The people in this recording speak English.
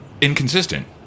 inconsistent